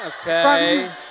Okay